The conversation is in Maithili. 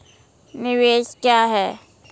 निवेश क्या है?